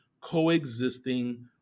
coexisting